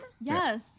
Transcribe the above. Yes